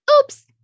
oops